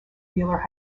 wheeler